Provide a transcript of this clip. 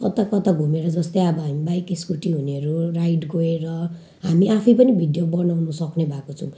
कता कता घुमेर जस्तै अब हामी बाइक स्कुटी हुनेहरू राइड गएर हामी आफैँ पनि भिडियो बनाउन सक्ने भएको छौँ